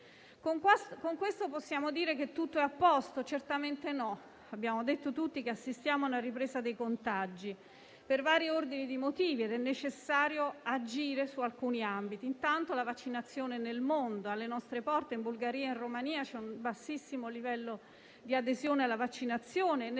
Con ciò possiamo dire che tutto è a posto? Certamente no, abbiamo detto tutti che assistiamo alla ripresa dei contagi per vari ordini di motivi ed è necessario agire su alcuni ambiti. Il primo ambito è la vaccinazione nel mondo. Alle nostre porte, in Bulgaria e in Romania, c'è un bassissimo livello di adesione alla vaccinazione, così nel